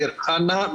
דיר חנא,